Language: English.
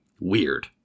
weird